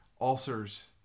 ulcers